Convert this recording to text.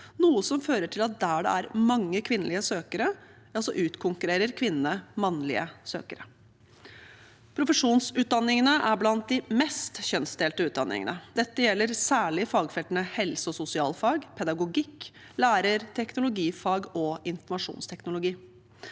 noe som fører til at der det er mange kvinnelige søkere, utkonkurrerer kvinnene mannlige søkere. Profesjonsutdanningene er blant de mest kjønnsdelte utdanningene. Dette gjelder særlig utdanningene innenfor helse- og sosialfag, pedagogikk, lærer, teknologifag og informasjonsteknologi.